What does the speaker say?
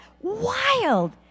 wild